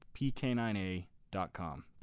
pk9a.com